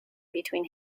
between